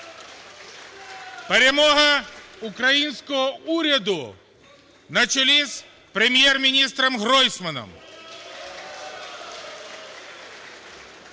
перемога українського уряду на чолі з Прем'єр-міністром Гройсманом